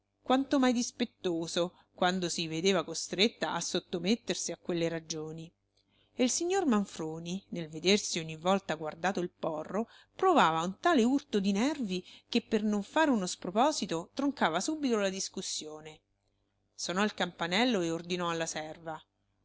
quanto mai dispettoso quando si vedeva costretta a sottomettersi a quelle ragioni e il signor manfroni nel vedersi ogni volta guardato il porro provava un tale urto di nervi che per non fare uno sproposito troncava subito la discussione sonò il campanello e ordinò alla serva